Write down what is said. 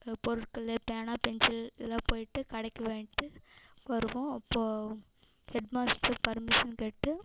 பொருட்கள் பேனா பென்சில் இதெலாம் போயிட்டு கடைக்கு வாங்கிட்டு வருவோம் அப்போது ஹெட்மாஸ்டர் பர்மிஷன் கேட்டு